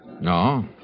no